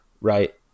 right